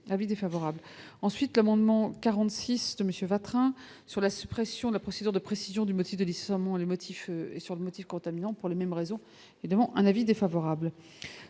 avis défavorable, ensuite l'amendement 46 de monsieur Vatrin sur la suppression de la procédure de précision du motif de licenciement, les motifs et sur le motif contaminant pour les mêmes raisons évidemment un avis défavorable